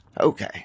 Okay